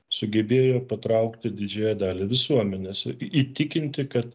sugebėjo patraukti didžiąją dalį visuomenės įtikinti kad